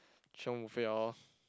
chiong buffet lor